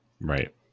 Right